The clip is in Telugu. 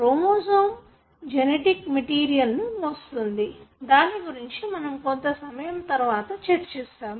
క్రోమోసోమ్ జెనెటిక్ మెటీరియల్ ను మోస్తుంది దాని గురించి మనము కొంచెం సమయం తరువాత చర్చిస్తాము